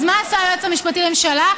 אז מה עשה היועץ המשפטי לממשלה?